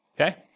okay